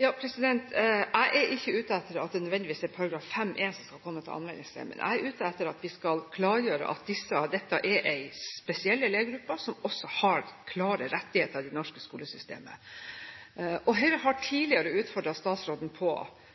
er ikke ute etter at det nødvendigvis er § 5-1 som skal komme til anvendelse. Jeg er ute etter at vi skal klargjøre at dette er en spesiell elevgruppe som har klare rettigheter i det norske skolesystemet. Høyre har tidligere utfordret statsråden på